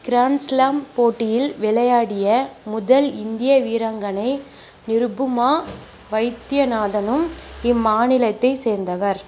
grand slam போட்டியில் விளையாடிய முதல் இந்திய வீராங்கனை நிருபமா வைத்தியநாதனும் இம்மாநிலத்தைச் சேர்ந்தவர்